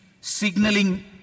signaling